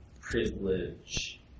privilege